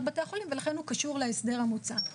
בתי החולים ולכן הוא קשור להסדר המוצע.